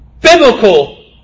biblical